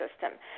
system